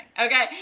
Okay